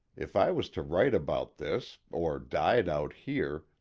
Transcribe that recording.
if i was to write about this, or died out here,